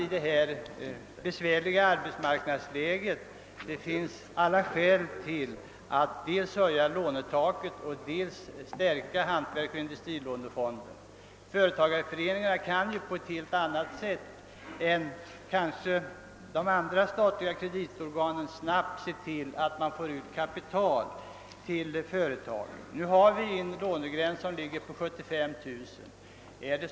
I dagens besvärliga arbetsmarknadsläge finns det enligt min mening alla skäl till att dels höja lånetaket, dels stärka statens hantverksoch industrilånefond. Företagareföreningarna kan kanske på ett helt annat sätt än de andra, statliga kreditorganen snabbt se till att det lämnas kapital till företagen. Nu ligger lånegränsen vid 75000 kronor.